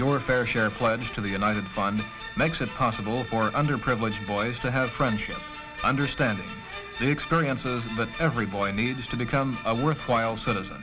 your fair share pledge to the united fund makes it possible for underprivileged boys to have friendships understand the experiences that every boy needs to become a worthwhile citizen